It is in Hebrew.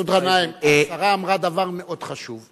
מסעוד גנאים, השרה אמרה דבר מאוד חשוב.